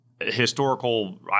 historical